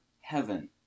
heaven